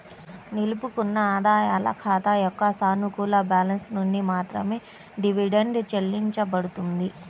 నిలుపుకున్న ఆదాయాల ఖాతా యొక్క సానుకూల బ్యాలెన్స్ నుండి మాత్రమే డివిడెండ్ చెల్లించబడుతుంది